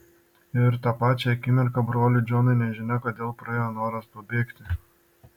ir tą pačią akimirką broliui džonui nežinia kodėl praėjo noras pabėgti